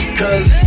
cause